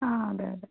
ആ അതെ അതെ